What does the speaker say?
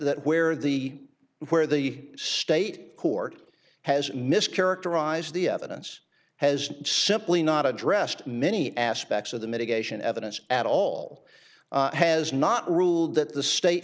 that where the where the state court has mischaracterized the evidence has simply not addressed many aspects of the mitigation evidence at all has not ruled that the state